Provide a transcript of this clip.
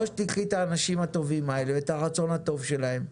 או שתיקחי את האנשים הטובים האלה ואת הרצון הטוב שלהם,